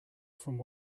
from